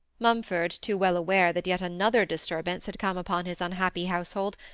mumford, too well aware that yet another disturbance had come upon his unhappy household,